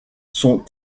sont